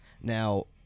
Now